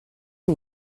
who